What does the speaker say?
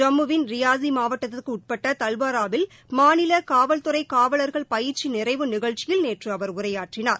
ஜம்மு வின் ரியாஸி மாவட்டத்திற்கு உட்பட்ட தல்வாராவில் மாநில காவல்துறை காவலா்கள் பயிற்சி நிறைவு நிகழ்ச்சியில் நேற்று அவர் உரையாற்றினார்